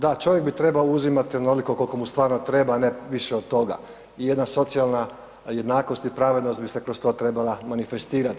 Da, čovjek bi trebao uzimati onoliko koliko mu stvarno treba, a ne više od toga i jedna socijalna jednakost i pravednost bi se kroz to trebala manifestirati.